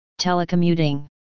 Telecommuting